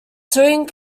touring